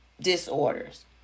disorders